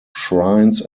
shrines